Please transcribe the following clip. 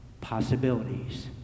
possibilities